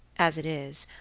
as it is,